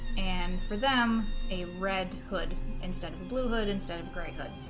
and for them a red hood instead of blue hood instead of gray hood